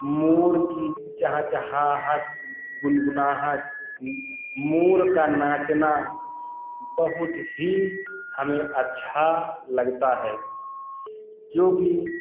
मोर की चहचहाहट गुनगुनाहट मोर का नाचना बहुत ही हमें अच्छा लगता है जोकि